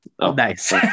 nice